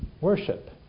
worship